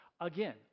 Again